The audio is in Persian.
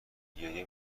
گریه